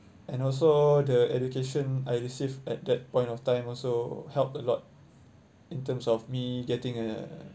and also the education I received at that point of time also helped a lot in terms of me getting a